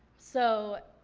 so,